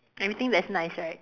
everything that's nice right